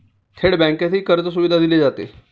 थेट बँकेतही कर्जसुविधा दिली जाते